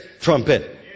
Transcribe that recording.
trumpet